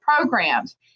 programs